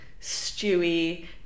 stewy